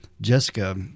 Jessica